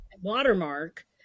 watermark